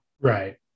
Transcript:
right